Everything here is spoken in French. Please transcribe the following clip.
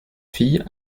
fille